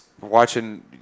watching